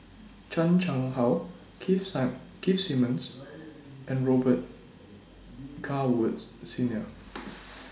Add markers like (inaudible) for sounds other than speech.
Chan Chang How Keith SIM Keith Simmons and Robet Carr Woods Senior (noise)